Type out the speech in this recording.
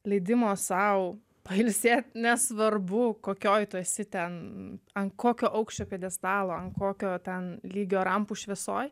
leidimo sau pailsėt nesvarbu kokioje tu esi ten ant kokio aukščio pjedestalo ant kokio ten lygio rampų šviesoj